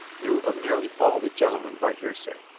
knew of nearly all the gentlemen by hearsay.